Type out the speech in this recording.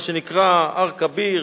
מה שנקרא הר-כביר,